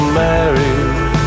married